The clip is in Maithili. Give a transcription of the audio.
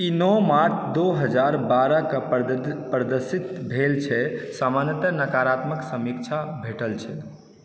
ई नओ मार्च दू हजार बारह कऽ प्रदर्शित भेल छै सामान्यतः नकारात्मक समीक्षा भेटल छै